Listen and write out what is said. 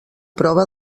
prova